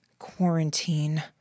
Quarantine